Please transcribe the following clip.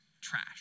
trash